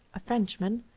a frenchman,